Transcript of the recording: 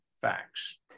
facts